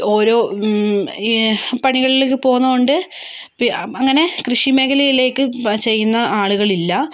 ഓരോ ഈ പണികളിലൊക്കെ പോവുന്നോണ്ട് അങ്ങനെ കൃഷി മേഖലയിലേക്ക് ചെയ്യുന്ന ആളുകളില്ല